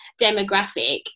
demographic